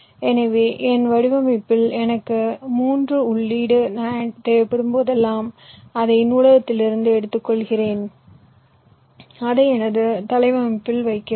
எனவே என் வடிவமைப்பில் எனக்கு மூன்று உள்ளீடு NAND தேவைப்படும்போதெல்லாம் அதை நூலகத்திலிருந்து எடுத்துக்கொள்கிறேன் அதை எனது தளவமைப்பில் வைக்கிறேன்